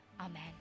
Amen